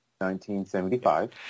1975